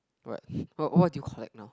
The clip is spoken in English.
what what do you collect now